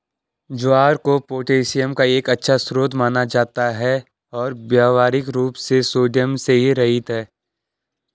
ज्वार को पोटेशियम का एक अच्छा स्रोत माना जाता है और व्यावहारिक रूप से सोडियम से रहित है